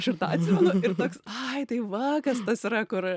aš ir tą atsimenu ai tai va kas tas yra kur